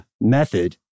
method